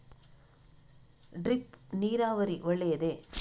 Drip ನೀರಾವರಿ ಒಳ್ಳೆಯದೇ?